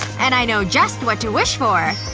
and i know just what to wish for.